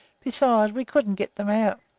besides, we couldn't get em out.